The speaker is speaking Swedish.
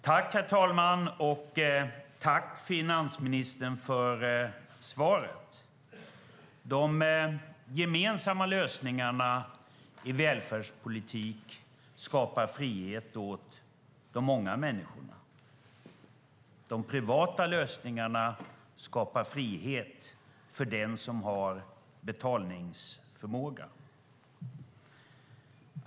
Herr talman! Jag tackar finansministern för svaret. De gemensamma lösningarna i välfärdspolitiken skapar frihet för de många människorna. De privata lösningarna skapar frihet för dem som har betalningsförmåga.